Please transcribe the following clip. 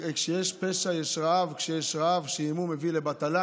וכשיש פשע יש רעב, כשיש רעב, שעמום מביא לבטלה,